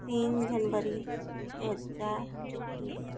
तीन जनवरी दो हजार इक्कीस